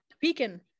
beacon